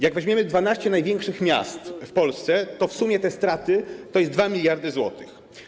Jak weźmiemy 12 największych miast w Polsce, to w sumie te straty to 2 mld zł.